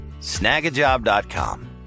Snagajob.com